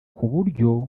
kuburyo